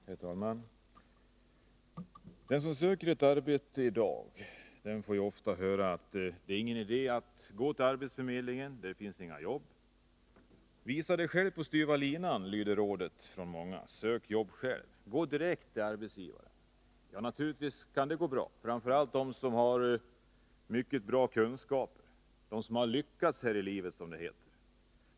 Herr talman! Den som söker ett arbete i dag får ofta höra att det inte är någon idé att gå till arbetsförmedlingen därför att det inte finns några jobb. Visa dig själv på styva linan! Sök jobb själv! Gå direkt till arbetsgivaren! — Så lyder råden från många. Det kan naturligtvis gå bra, framför allt för dem som har mycket bra kunskaper — för dem som har lyckats här i livet, som det heter.